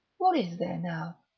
what is there, now.